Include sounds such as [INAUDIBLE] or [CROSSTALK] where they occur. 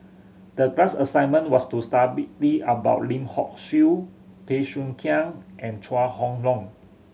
the class assignment was to [UNINTELLIGIBLE] about Lim Hock Siew Bey Soo Khiang and Chua Chong Long